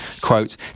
Quote